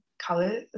color